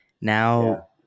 now